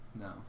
no